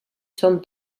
són